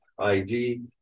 ID